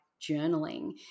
journaling